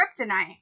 kryptonite